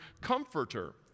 comforter